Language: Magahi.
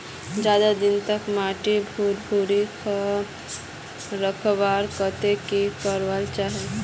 ज्यादा दिन तक माटी भुर्भुरा रखवार केते की करवा होचए?